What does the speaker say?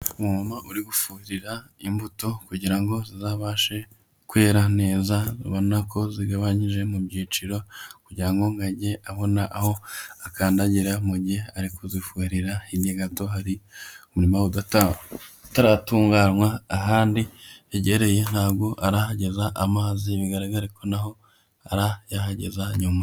Umuntu uri gufuhira imbuto kugira ngo zizabashe kwera neza. Ubona ko zigabanyije mu byiciro kugira ajye abona aho akandagira mu gihe ari kuzifuhirira. Hirya gato hari umurima utaratunganywa, ahandi yegereye ntago arahageza amazi, bigaragara ko na ho arayahageza nyuma.